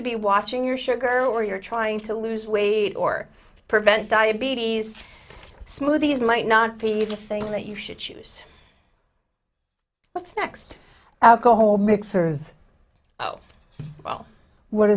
to be watching your sugar or you're trying to lose weight or prevent diabetes smoothies might not be a good thing that you should choose what's next alcohol mixers oh well what